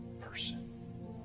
person